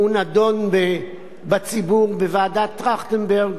הוא נדון בציבור, בוועדת-טרכטנברג,